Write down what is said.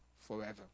forever